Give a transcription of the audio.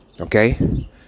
Okay